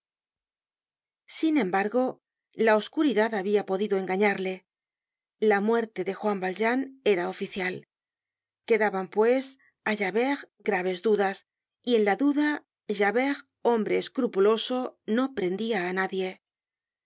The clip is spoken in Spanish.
sin embargo la oscuridad habia podido engañarle la muerte de juan valjean era oficial quedaban pues á javert graves dudas y en la duda javert hombre escrupuloso no prendia á nadie